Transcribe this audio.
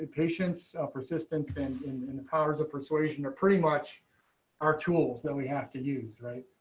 patience, persistence in in and the powers of persuasion are pretty much our tools that we have to use. right.